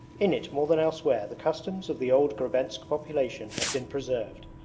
in it more than elsewhere the customs of the old grebensk population have been preserved,